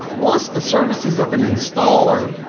plus the services of an installer,